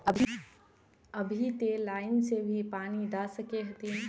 अभी ते लाइन से भी पानी दा सके हथीन?